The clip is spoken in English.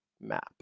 map